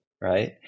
right